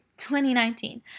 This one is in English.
2019